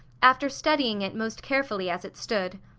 after studying it most carefully as it stood.